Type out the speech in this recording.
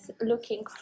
looking